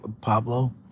Pablo